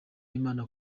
imana